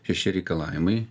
šeši reikalavimai